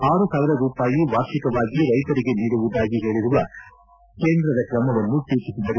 ಆರು ಸಾವಿರ ರೂಪಾಯಿ ವಾರ್ಷಿಕವಾಗಿ ರೈತರಿಗೆ ನೀಡುವುದಾಗಿ ಹೇಳಿರುವ ಕೇಂದ್ರದ ಕ್ರಮವನ್ನು ಟೀಕಿಸಿದರು